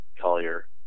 Collier